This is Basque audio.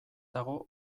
dago